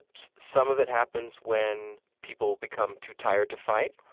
some of it happens when people become too tired to fight,